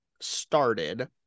started